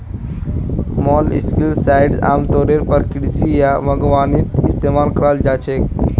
molluscicides आमतौरेर पर कृषि या बागवानीत इस्तमाल कराल जा छेक